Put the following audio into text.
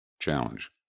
Challenge